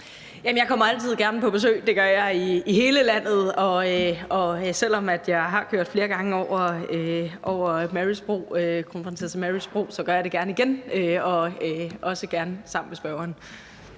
jeg kommer altid gerne på besøg, det gør jeg i hele landet, og selv om jeg flere gange har kørt over Kronprinsesse Marys Bro, gør jeg det gerne igen, og også gerne sammen med spørgeren.